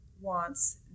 wants